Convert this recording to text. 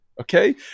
Okay